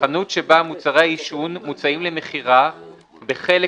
"(ב)חנות שבה מוצרי העישון מוצעים למכירה בחלק